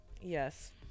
Yes